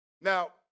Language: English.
Now